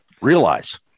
realize